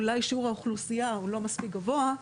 אולי שיעור האוכלוסייה הוא לא מספיק גבוה,